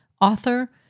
author